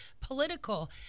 political